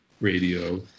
radio